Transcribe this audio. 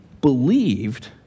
believed